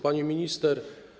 Pani Minister!